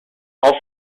also